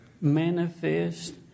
manifest